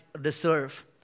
deserve